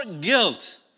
guilt